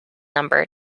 number